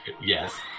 Yes